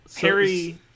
Harry